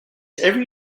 every